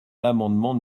l’amendement